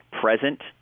present